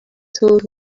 told